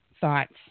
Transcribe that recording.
thoughts